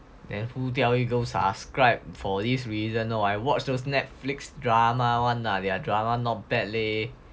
then who tell you go subscribe for this reason no I watch those Netflix drama [one] lah their drama not bad leh